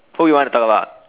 who you want to talk about